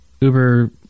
Uber